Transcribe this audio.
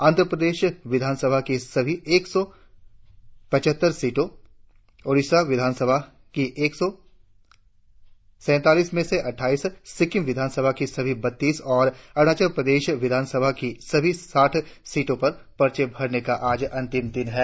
आंध्रप्रदेश विधानसभा की सभी एक सौ पचहत्तर सीटों ओडिशा विधानसभा की एक सौ चैत्तालीस में से अटठाइस सिक्किम विधानसभा की सभी बत्तीस और अरुणाचल प्रदेश प्रदेश विधानसभा की सभी साठ सीटों पर भी पर्चे भरने का आज अंतिम दिन है